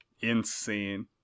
insane